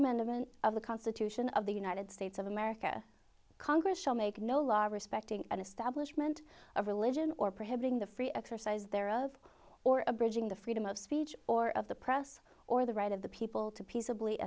amendment of the constitution of the united states of america congress shall make no law respecting an establishment of religion or prohibiting the free exercise thereof or abridging the freedom of speech or of the press or the right of the people to peaceably